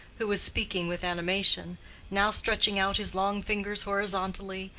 who was speaking with animation now stretching out his long fingers horizontally,